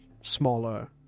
smaller